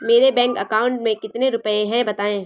मेरे bank account में कितने रुपए हैं बताएँ?